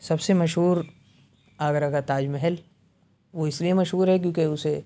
سب سے مشہور آگرہ کا تاج محل وہ اس لیے مشہور ہے کہ کیوں کہ اسے